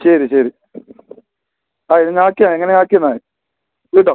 ശരി ശരി ആ എഴുന്നാക്കിയ എങ്ങനെ ആക്കിന്നാൽ മതി വീടോ